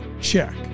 check